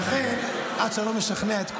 לכן עד שאני לא אשכנע את כולם,